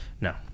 No